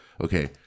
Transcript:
Okay